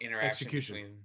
execution